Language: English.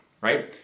Right